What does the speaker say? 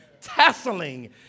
tasseling